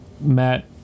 Matt